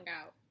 out